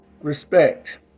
respect